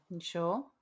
sure